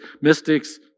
mystics